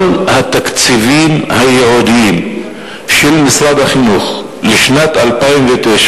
כל התקציבים הייעודיים של משרד החינוך לשנת 2009,